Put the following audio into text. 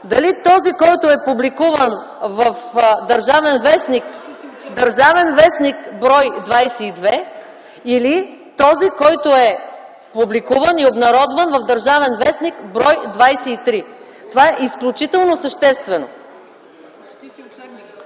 дали този, който е публикуван в „Държавен вестник”, бр. 22, или този, който е публикуван и обнародван в „Държавен вестник”, бр. 23? Това е изключително съществено.